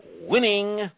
winning